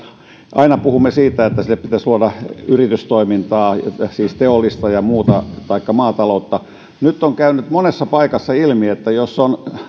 aina puhumme siitä että sinne pitäisi luoda yritystoimintaa siis teollista ja muuta taikka maataloutta nyt on käynyt monessa paikassa ilmi että jos on